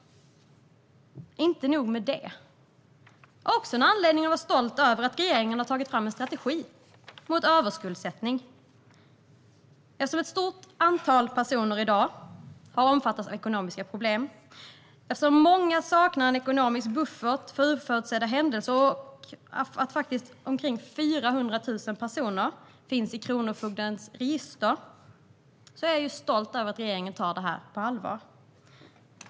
Inte nog med det. Jag är också stolt över att regeringen har tagit fram en strategi mot överskuldsättning. Eftersom ett stort antal personer i dag har omfattande ekonomiska problem, eftersom många saknar en ekonomisk buffert för oförutsedda händelser och eftersom omkring 400 000 personer finns i kronofogdens register är jag stolt över att regeringen tar detta på allvar.